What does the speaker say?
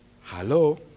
Hello